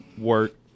Work